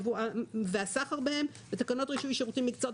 ייבואם והסחר בהם); ותקנות רישוי שירותים ומקצועות